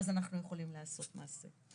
אז אנחנו יכולים לעשות מעשה.